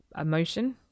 emotion